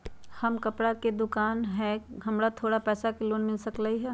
हमर कपड़ा के दुकान है हमरा थोड़ा पैसा के लोन मिल सकलई ह?